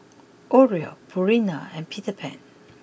Oreo Purina and Peter Pan